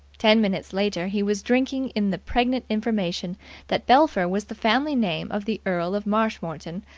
ten minutes later he was drinking in the pregnant information that belpher was the family name of the earl of marshmoreton,